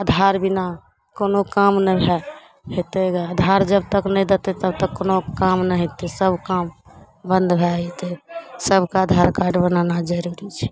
आधार बिना कोनो काम नहि हैत हेतै गे आधार जबतक नहि देतै तबतक कोनो काम नहि हेतै सब काम बन्द भए जएतै सभकेँ आधार कार्ड होना जरूरी छै